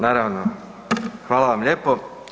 Naravno, hvala vam lijepo.